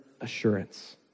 assurance